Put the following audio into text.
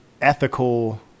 ethical